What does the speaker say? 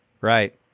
right